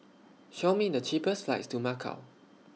Show Me The cheapest flights to Macau